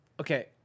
Okay